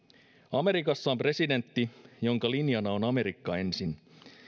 amerikassa on presidentti jonka linjana on amerikka ensin